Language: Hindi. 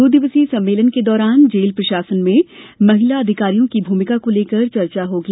दो दिवसीय सम्मेलन के दौरान जेल प्रशासन में महिला अधिकारियों की भूमिका को लेकर चर्चा होगी